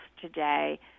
today